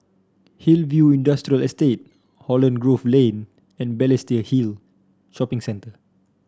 Hillview Industrial Estate Holland Grove Lane and Balestier Hill Shopping Centre